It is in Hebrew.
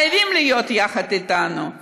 חייבים להיות יחד איתנו,